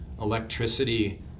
electricity